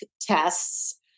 tests